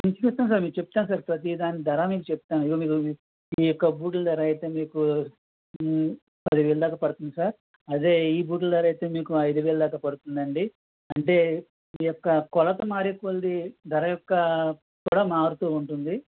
sir మీకు చెప్తాము sir ప్రతి దాని ధర మీకు చెప్తాము ఇదిగో ఈ యొక్క బూట్ల ధర అయితే మీకు పది వేల దాకా పడుతుంది సార్ అదే ఈ బూట్ల ధర అయితే మీకు అయిదు వేల దాకా పడుతుంది అండి అంటే ఈ యొక్క కొలత మారే కొద్దీ ధర యొక్క కూడా మారుతూ ఉంటుంది